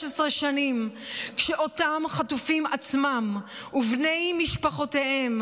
השנים שבהן אותם חטופים עצמם ובני משפחותיהם,